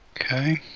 Okay